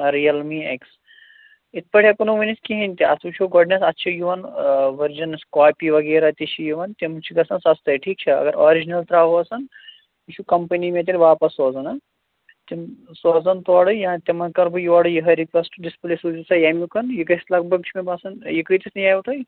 آ Realme X یِتھٕ پٲٹھۍ ہیٚکو نہٕ ؤنِتھ کِہیٖنۍ تہِ اَتھ وُچھو گۄڈٕنٮ۪تھ اَتھ چھُ یِوان ؤرجنَس کاپی وغیرہ تہِ چھِ یِوان تِم چھِ گژھان سَستَے ٹھیٖک چھا اگر آرجنَل ترٛاوہوس یہِ چھُ کَمپٔنی مےٚ تیٚلہِ واپَس سوزُن تِم سوزَن تورَے یا تِمَن کَرٕ بہٕ یورٕ یِہَے رِکوسٹ ڈِسپُلے سوٗزِو سا ییٚمیُک یہِ گژھِ لگ بگ چھُ مےٚ باسان یہِ کۭتِس نِیاوٕ تۅہہِ